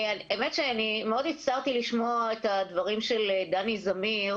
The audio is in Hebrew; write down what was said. האמת היא שאני מאוד הצטערתי לשמוע את הדברים של דני זמיר